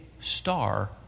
star